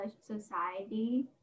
society